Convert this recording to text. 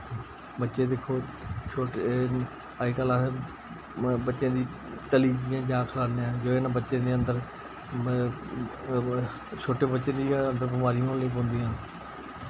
बच्चे दिक्खो छोटे अजकल्ल अस बच्चें दी तली चीजां जैदा खलाने अस जुदे कन्नै बच्चें दी अंदर छोटे बच्चे दी गै अंदर बमारियां होन लगी पौंदियां